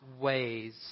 ways